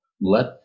let